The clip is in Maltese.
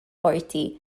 qorti